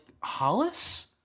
Hollis